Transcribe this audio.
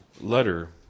letter